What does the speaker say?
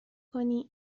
کنی